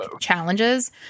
challenges